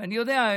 אני יודע.